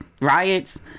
riots